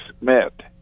met